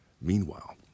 Meanwhile